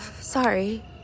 sorry